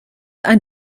ein